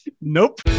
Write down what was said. nope